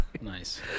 Nice